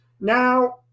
Now